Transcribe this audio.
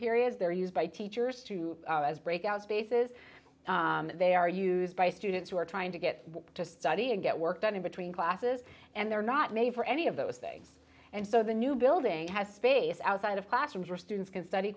periods they're used by teachers to as breakout spaces they are used by students who are trying to get to study and get work done in between classes and they're not made for any of those things and so the new building has space outside of classrooms or students can study